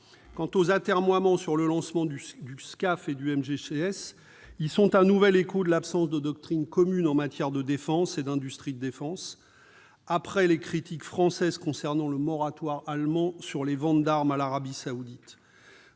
combat aérien du futur (SCAF) et du (MGCS), ils constituent un nouvel écho de l'absence de doctrine commune en matière de défense et d'industries de défense, après les critiques françaises concernant le moratoire allemand sur les ventes d'armes à l'Arabie saoudite.